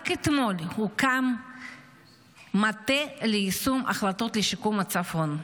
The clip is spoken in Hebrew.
רק אתמול הוקם מטה ליישום החלטות לשיקום הצפון,